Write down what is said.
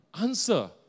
answer